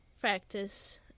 Practice